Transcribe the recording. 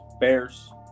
Bears